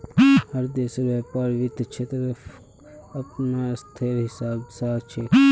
हर देशेर व्यापार वित्त क्षेत्रक अपनार स्तरेर हिसाब स ह छेक